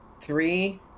Three